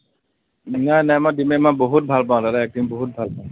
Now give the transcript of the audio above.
নাই নাই মই দিমেই মই বহুত ভাল পাওঁ দাদা এক্টিং বহুত ভাল পাওঁ